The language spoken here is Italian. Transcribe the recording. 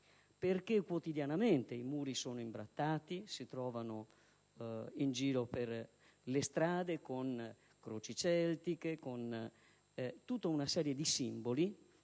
perché quotidianamente i muri sono imbrattati e si trovano in giro per le strade croci celtiche e tutta una serie di simboli